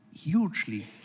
hugely